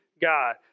God